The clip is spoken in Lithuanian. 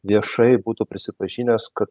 viešai būtų prisipažinęs ka